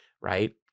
right